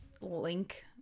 link